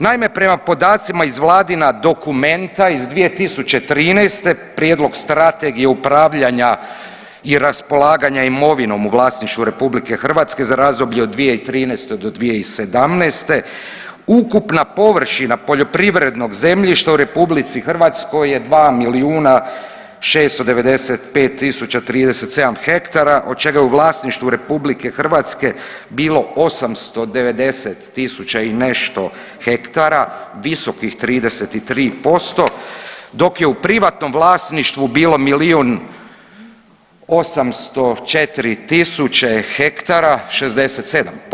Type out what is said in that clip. Naime, prema podacima iz vladina dokumenta iz 2013. prijedlog Strategije upravljanja i raspolaganja imovinom u vlasništvu RH za razdoblje od 2013. do 2017. ukupna površina poljoprivrednog zemljišta u RH je 2 milijuna 695 tisuća 37 hektara od čega je u vlasništvu RH bilo 890 tisuća i nešto hektara visokih 33%, dok je u privatnom vlasništvu bilo milijun 804 tisuće hektara, 67%